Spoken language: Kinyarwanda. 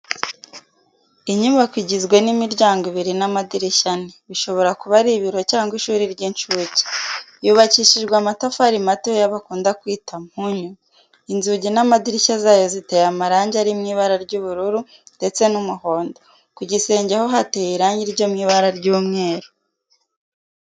Inyubako igizwe n'imiryango ibiri n'amadirishya ane, bishobora kuba ari ibiro cyangwa ishuri ry'incuke. Yubakishijwe amatafari matoya bakunda kwita:"Mpunyu", inzugi n'amadirishya zayo ziteye amarangi ari mu ibara ry'ubururu ndetse n'umuhondo, ku gisenge ho hateye irangi ryo mu ibara ry'umweru.